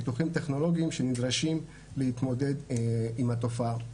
פיתוחים טכנולוגיים שנדרשים להתמודד עם התופעה.